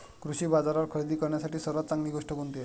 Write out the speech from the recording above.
कृषी बाजारावर खरेदी करण्यासाठी सर्वात चांगली गोष्ट कोणती आहे?